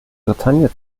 bretagne